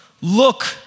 Look